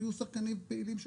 יהיו שחקנים פעילים.